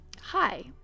Hi